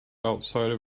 outside